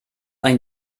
ein